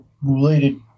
related